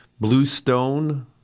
Bluestone